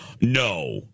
No